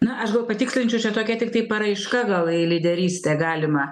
na aš patikslinčiau čia tokia tiktai paraiška gal į lyderystę galimą